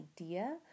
idea